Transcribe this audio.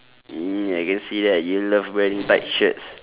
ya I can see that you love wearing tight shirts